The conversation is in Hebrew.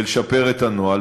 ולשפר את הנוהל,